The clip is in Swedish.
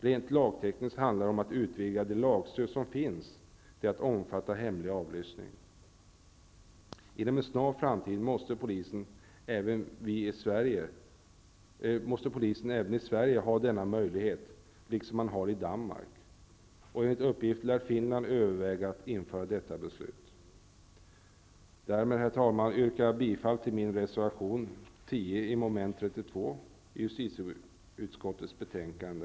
Rent lagtekniskt handlar det om att utvidga det lagstöd som finns till att omfatta hemlig avlyssning. Inom en snar framtid måste även polisen i Sverige få denna möjlighet, liksom man har i Danmark. Enligt uppgift lär man också i Finland överväga att införa detta. Därmed, herr talman, yrkar jag bifall till min reservation 10 under mom. 32 i justitieutskottets betänkande.